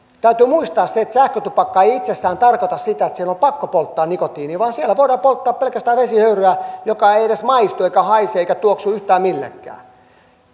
täytyy muistaa se että sähkötupakka ei itsessään tarkoita sitä että siellä on pakko polttaa nikotiinia vaan siellä voidaan polttaa pelkästään vesihöyryä joka ei ei edes maistu eikä haise eikä tuoksu yhtään millekään